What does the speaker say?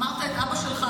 הזכרת את אבא שלך,